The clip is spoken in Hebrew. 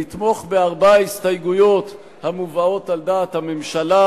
לתמוך בארבע ההסתייגויות המובאות על דעת הממשלה,